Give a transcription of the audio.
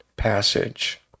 passage